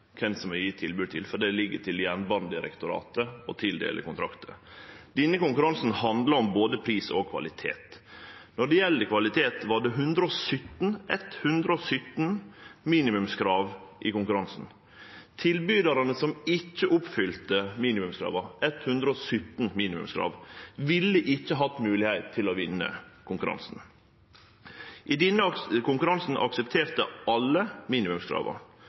kven ein gjev tilbod til, for det ligg til Jernbanedirektoratet å tildele kontraktar. Denne konkurransen handlar om både pris og kvalitet. Når det gjeld kvalitet, var det 117 – eitt hundre og sytten – minimumskrav i konkurransen. Tilbydarane som ikkje oppfylte minimumskrava – 117 minimumskrav – ville ikkje hatt moglegheit til å vinne konkurransen. I denne konkurransen aksepterte alle